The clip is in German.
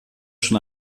schon